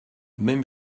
même